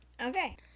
Okay